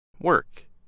Work